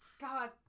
God